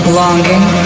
longing